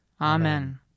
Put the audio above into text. Amen